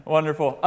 Wonderful